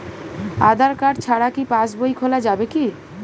আধার card ছাড়া কি পাসবই খোলা যাবে কি?